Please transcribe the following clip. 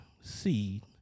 seed